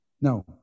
No